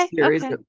okay